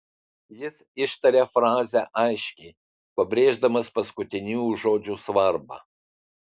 jis ištarė frazę aiškiai pabrėždamas paskutiniųjų žodžių svarbą